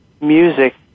music